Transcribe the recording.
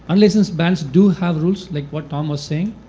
unlicensed bands do have rules, like what tom was saying.